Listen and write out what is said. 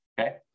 okay